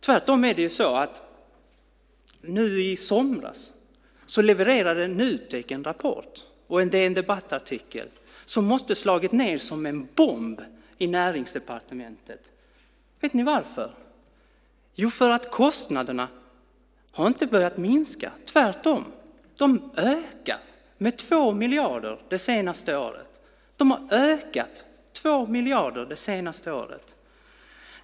Tvärtom levererade nu i somras Nutek en rapport och en DN Debatt-artikel som måste ha slagit ned som en bomb i Näringsdepartementet. Vet ni varför? Jo, för att kostnaderna inte har börjat minska, tvärtom. De har ökat med 2 miljarder det senaste året.